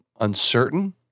uncertain